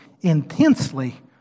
intensely